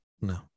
no